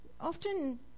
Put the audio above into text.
Often